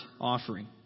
offering